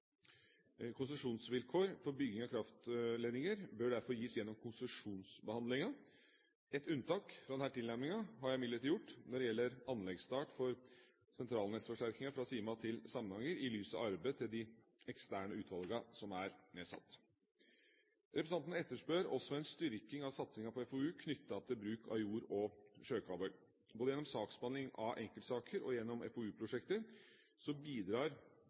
Konsesjonsvilkår for bygging av kraftledninger bør derfor gis gjennom konsesjonsbehandlingen. Et unntak fra denne tilnærmingen har jeg imidlertid gjort når det gjelder anleggsstart for sentralnettsforsterkingen fra Sima til Samnanger i lys av arbeidet til de eksterne utvalgene som er nedsatt. Representantene etterspør også en styrking av satsingen på FoU knyttet til bruk av jord- og sjøkabel. Både gjennom saksbehandling av enkeltsaker og gjennom FoU-prosjekter bidrar